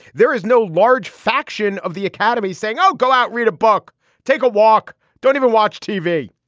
there is no large faction of the academy saying oh go out read a book take a walk. don't even watch tv.